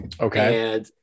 Okay